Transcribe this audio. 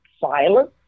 silent